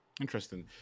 Interesting